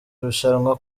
rushanwa